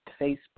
Facebook